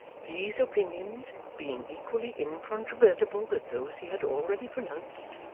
these opinions being equally incontrovertible with those he had already pronounced,